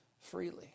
freely